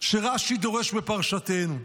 שרש"י דורש בפרשתנו.